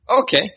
Okay